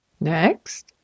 Next